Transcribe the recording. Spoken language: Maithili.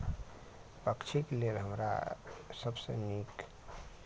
पक्षीके लेल हमरा सभसँ नीक